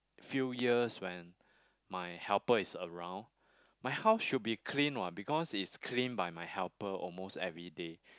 few years when my helper is around my house should be clean one because it's clean by my helper almost every day